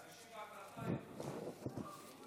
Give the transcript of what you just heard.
באי-אמון הצעת את נתניהו?